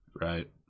Right